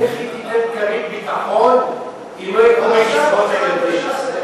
איך היא תיתן כרית ביטחון אם לא ייקחו מקצבאות הילדים?